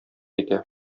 итә